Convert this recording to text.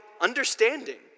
understanding